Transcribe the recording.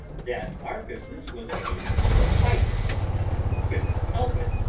that our business was indeed fighting when we could not help it,